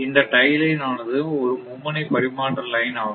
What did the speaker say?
இந்த tie line ஆனது ஒரு மும்முனை பரிமாற்ற லைன் ஆகும்